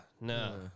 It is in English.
no